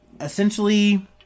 Essentially